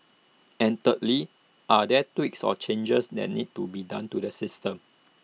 and thirdly are there tweaks or changes that need to be done to the system